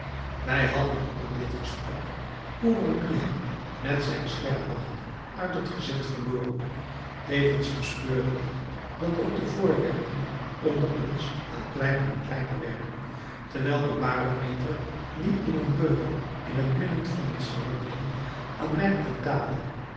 wij hadden onder dit gesprek oroemiah met zijn sterrenwacht uit het gezicht verloren tevens bespeurde ik dat ook de voorwerpen onder ons al kleiner en kleiner werden terwijl de barometer die in een beugel in het midden van het salon hing aanmerkelijk daalde